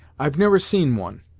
i've never seen one,